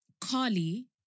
Carly